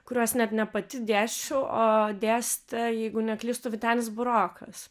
kuriuos net ne pati dėsčiau o dėstė jeigu neklystu vytenis burokas